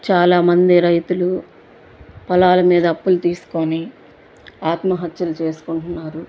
చాలామంది రైతులు పొలాల మీద అప్పులు తీసుకొని ఆత్మహత్యలు చేసుకుంటన్నారు